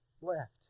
left